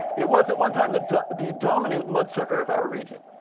it was at one time the the dominant mudsucker of our region,